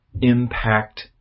impact